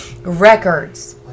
Records